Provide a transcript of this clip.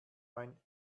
mein